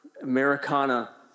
Americana